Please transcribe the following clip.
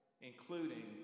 including